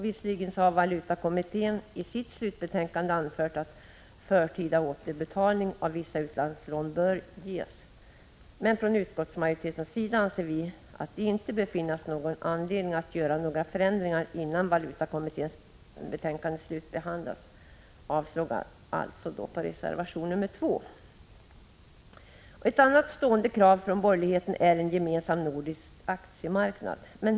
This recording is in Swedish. Visserligen har valutakommittén i sitt slutbetänkande anfört att förtida återbetalning av vissa utlandslån bör medges, men från utskottsmajo Fortsatt valutareglering, m.m. ritetens sida anser vi att det inte finns någon anledning att göra förändringar innan valutakommitténs betänkande har slutbehandlats. Vi avstyrker alltså även reservation 2. Ett annat stående krav från borgerligheten är en gemensam nordisk aktiemarknad.